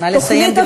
נא לסיים.